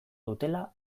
dutela